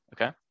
okay